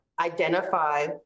identify